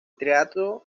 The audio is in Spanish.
teatro